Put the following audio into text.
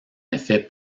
effet